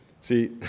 See